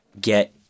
get